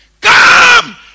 Come